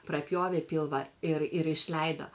prapjovė pilvą ir ir išleido